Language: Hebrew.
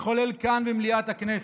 שהתחולל כאן במליאת הכנסת.